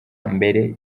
mbere